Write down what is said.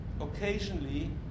occasionally